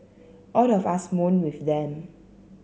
all of us mourn with them